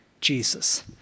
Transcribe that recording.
Jesus